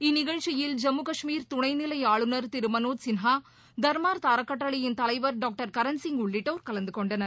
இந்நிகழ்ச்சியில் ஜம்மு கஷ்மீர் துணை நிலை ஆளுநர் திரு மனோஜ் சின்ஹா தர்மார்த் அறக்கட்டளையின் தலைவர் டாக்டர் கரண் சிங் உள்ளிட்டோர் கலந்து கொண்டனர்